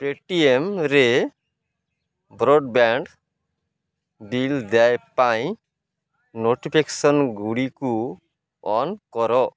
ପେଟିଏମ୍ରେ broadband bill ଦେୟ ପାଇଁ ନୋଟିଫିକେସନ୍ଗୁଡ଼ିକୁ ଅନ୍ କର